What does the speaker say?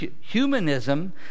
humanism